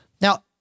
Now